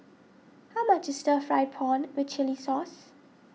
how much is Stir Fried Prawn with Chili Sauce